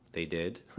they did.